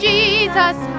Jesus